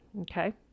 okay